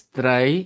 try